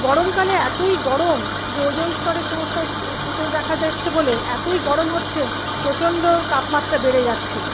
গরমকালে এতোই গরম যে ওজন স্তরে সমস্ত ফুটো দেখা যাচ্ছে বলে এতোই গরম হচ্ছে প্রচন্ড তাপমাত্রা বেড়ে যাচ্ছে